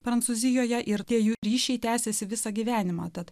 prancūzijoje ir tie jų ryšiai tęsėsi visą gyvenimą tad